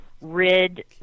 rid